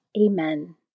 Amen